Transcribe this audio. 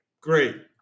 great